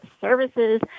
services